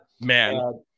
Man